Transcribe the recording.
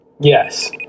Yes